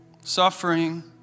suffering